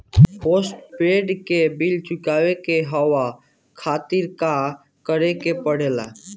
Postpaid के bill चुकावे के कहवा खातिर का करे के पड़ें ला?